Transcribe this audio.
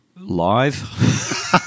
live